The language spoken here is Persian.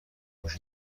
پوش